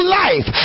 life